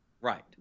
Right